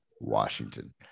Washington